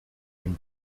nim